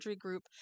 Group